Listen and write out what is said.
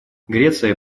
греция